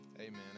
amen